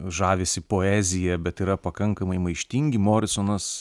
žavisi poezija bet yra pakankamai maištingi morisonas